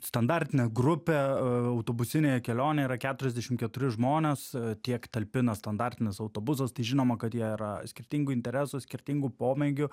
standartinė grupė autobusinėje kelionėje yra keturiasdešim keturi žmonės tiek talpina standartinis autobusas tai žinoma kad jie yra skirtingų interesų skirtingų pomėgių